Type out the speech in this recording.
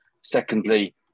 secondly